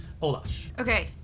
Okay